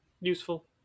Useful